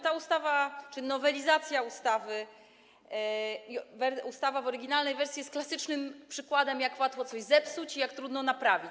Ta ustawa czy nowelizacja ustawy i ustawa w oryginalnej wersji jest klasycznym przykładem, jak łatwo coś zepsuć i jak trudno naprawić.